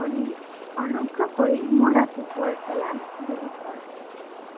অ'লি অনুগ্ৰহ কৰি মোৰ ৰাতিপুৱাৰ এলাৰ্ম ডিলিট কৰা